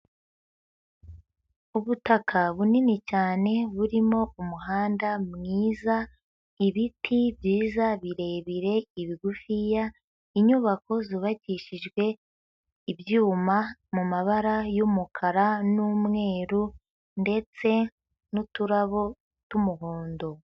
Ubutaka bunini cyane burimo umuhanda mwiza, ibiti byiza birebire, ibigufiya, inyubako zubakishijwe ibyuma mumabara y'umukara n'umweru ndetse n'uturabo tw'umuhondo.